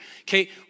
okay